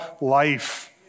life